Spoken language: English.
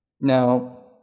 Now